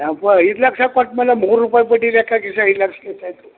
ಯಪ್ಪಾ ಐದು ಲಕ್ಷ ಕೊಟ್ಟ ಮೇಲೆ ಮೂರು ರೂಪಾಯಿ ಬಡ್ಡಿ ಲೆಕ್ಕ ಹಾಕಿ ಸರ್ ಐದು ಲಕ್ಷಕ್ಕೆ ಎಷ್ಟು ಆಯಿತು